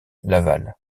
laval